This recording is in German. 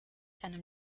einem